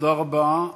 תודה רבה.